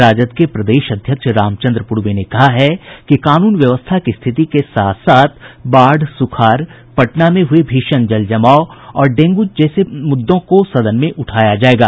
राजद के प्रदेश अध्यक्ष रामचंद्र पूर्वे ने कहा है कि कानून व्यवस्था की स्थिति के साथ साथ बाढ़ सुखाड़ पटना में हुये भीषण जल जमाव और डेंगू के प्रकोप जैसे मुद्दों को सदन में उठाया जायेगा